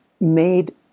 made